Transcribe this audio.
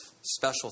special